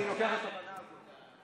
אני לוקח את התובנה הזאת.